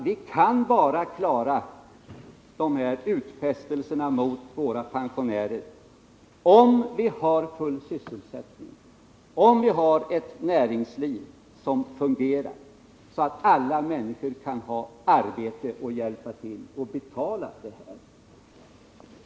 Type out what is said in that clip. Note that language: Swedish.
Vi kan infria de här utfästelserna till våra pensionärer bara om vi har full sysselsättning, om vi har ett näringsliv som fungerar, så att alla människor har arbete och kan hjälpa till att betala det här.